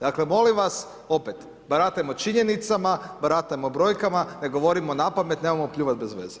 Dakle molim vas opet, baratajmo činjenicama, baratajmo brojkama, ne govorimo na pamet, nemojmo pljuvati bezveze.